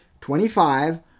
25